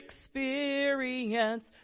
experience